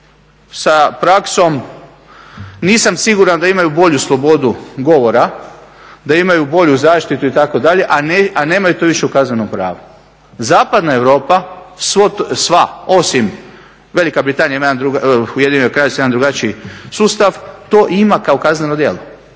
sa praksom nisam siguran da imaju bolju slobodu govora, da imaju bolju zaštitu itd. a nemaju to više u Kaznenom pravu. Zapadna Europa sva osim Velika Britanija ima jedan drugi, Ujedinjeno Kraljevstvo jedan drugačiji sustav to ima kao kazneno djelo.